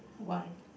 one